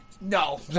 No